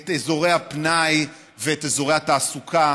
את אזורי הפנאי ואת אזורי התעסוקה,